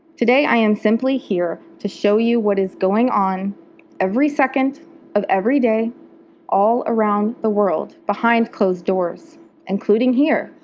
today, i'm simply here to show you what is really going on every second of every day all around the world behind closed doors including here,